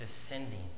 descending